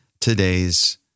today's